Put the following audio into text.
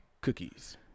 Cookies